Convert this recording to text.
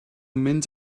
mynd